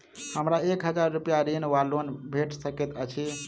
हमरा एक हजार रूपया ऋण वा लोन भेट सकैत अछि?